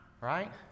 right